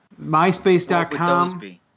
MySpace.com